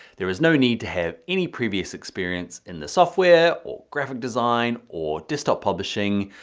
there is no need to have any previous experience in the software or graphic design or desktop publishing.